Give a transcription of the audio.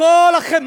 סולידריות.